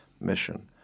mission